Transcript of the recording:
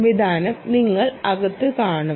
ഈ സംവിധാനം നിങ്ങൾ അകത്ത് കാണും